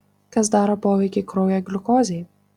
kas daro poveikį kraujo gliukozei